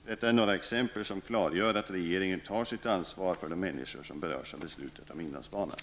Detta är några exempel som klargör att regeringen tar sitt ansvar för de människor som berörs av beslutet om inlandsbanan.